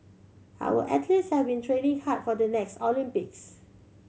our athletes have been training hard for the next Olympics